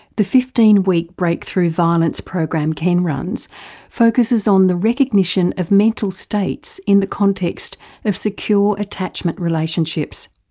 the fifteen week breakthrough violence program ken runs focusses on the recognition of mental states in the context of secure attachment relationships.